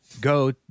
go